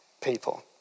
people